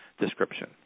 description